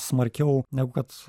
smarkiau negu kad